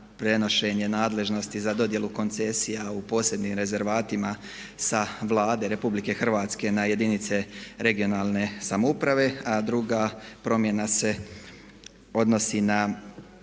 prenošenje nadležnosti za dodjelu koncesija u posebnim rezervatima sa Vlade Republike Hrvatske na jedinice regionalne samouprave a druga promjena se odnosi na